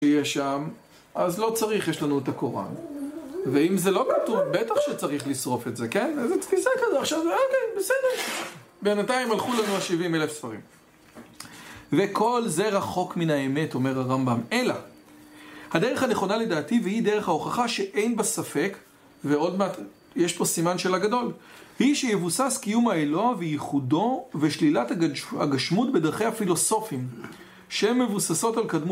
שיש שם, אז לא צריך, יש לנו את הקוראן. ואם זה לא כתוב, בטח שצריך לשרוף את זה, כן? איזה תפיסה כזאת? עכשיו, אוקיי, בסדר. בינתיים הלכו לנו ה-70 אלף ספרים. וכל זה רחוק מן האמת, אומר הרמב״ם, אלא הדרך הנכונה לדעתי, והיא דרך ההוכחה שאין בה ספק, ועוד מעט יש פה סימן של הגדול, היא שיבוסס קיום האלוה וייחודו ושלילת הגשמות בדרכי הפילוסופים שהן מבוססות על קדמות